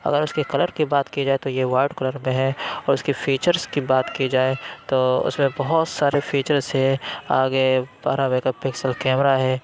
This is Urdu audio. اگر اُس کے کلر کی بات کی جائے تو یہ وائٹ کلر میں ہے اور اِس کے فیچرس کی بات کی جائے تو اُس میں بہت سارے فیچرس ہیں آگے بارہ میگا پکسل کیمرہ ہے